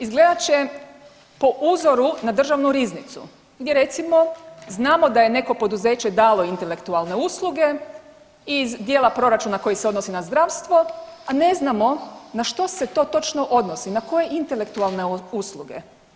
Izgledat će po uzoru na Državnu riznicu gdje recimo da je neko poduzeće dalo intelektualne usluge iz djela proračuna koji se odnosi na zdravstvo, a ne znamo na što se to točno odnosi, na koje intelektualne usluge.